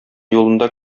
юлында